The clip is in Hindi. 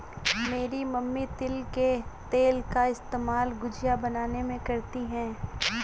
मेरी मम्मी तिल के तेल का इस्तेमाल गुजिया बनाने में करती है